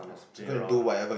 play around orh